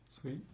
Sweet